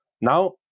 Now